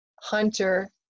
hunter